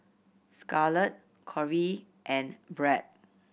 Scarlet Corey and Brad